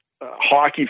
hockey